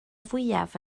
fwyaf